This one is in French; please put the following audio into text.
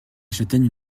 châtaignes